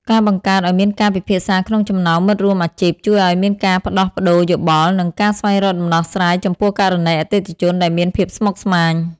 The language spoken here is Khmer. ការបង្កើតឱ្យមានការពិភាក្សាក្នុងចំណោមមិត្តរួមអាជីព ជួយឱ្យមានការផ្ដោះប្ដូរយោបល់ និងការស្វែងរកដំណោះស្រាយចំពោះករណីអតិថិជនដែលមានភាពស្មុគស្មាញ។